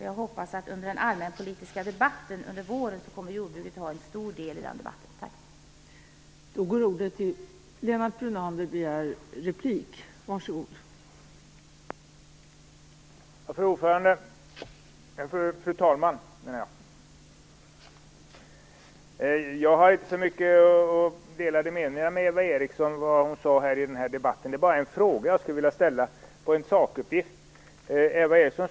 Jag hoppas att jordbruket kommer att ta en stor del av diskussionen under vårens allmänpolitiska debatt i anspråk.